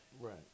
Right